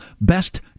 best